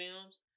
films